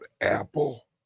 Apple